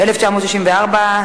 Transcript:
התשכ"ד 1964,